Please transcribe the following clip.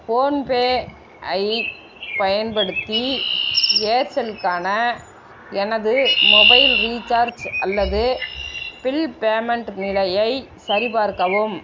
PhonePe ஐ பயன்படுத்தி ஏர்செல்க்கான எனது மொபைல் ரீசார்ச் அல்லது பில் பேமெண்ட் நிலையை சரிபார்க்கவும்